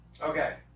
Okay